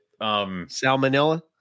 Salmonella